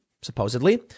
supposedly